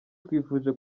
twifuje